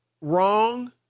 wrong